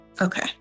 Okay